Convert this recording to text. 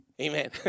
Amen